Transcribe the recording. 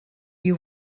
you